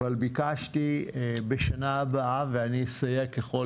אבל ביקשתי בשנה הבאה ואני אסייע ככל